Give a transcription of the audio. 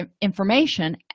information